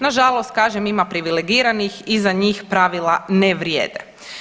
Nažalost kažem ima privilegiranih i za njih pravila na vrijede.